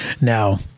Now